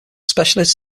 specialist